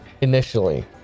initially